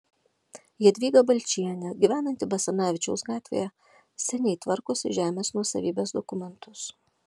jadvyga balčienė gyvenanti basanavičiaus gatvėje seniai tvarkosi žemės nuosavybės dokumentus